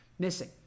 Missing